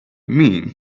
mean